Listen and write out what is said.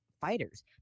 fighters